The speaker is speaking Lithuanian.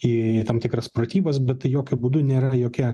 į tam tikras pratybas bet tai jokiu būdu nėra jokia